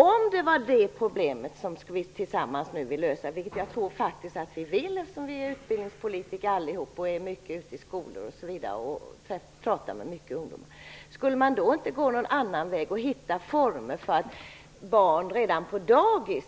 Om det är det problemet som vi tillsammans skall lösa - och det tror jag faktiskt att vi vill, eftersom vi alla är utbildningspolitiker och ofta är ute på skolor och pratar med många ungdomar - skall vi då inte gå en annan väg så att vi kan hitta former för att barn som inte har svenska som modersmål redan i dagisåldern,